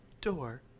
Door